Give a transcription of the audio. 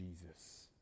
Jesus